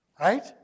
Right